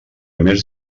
més